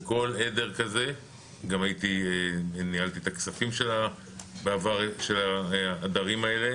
בעבר גם ניהלתי את הכספים של העדרים האלה,